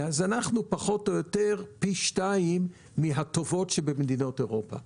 אנחנו פחות או יותר פי שתיים מהטובות שבמדינות אירופה.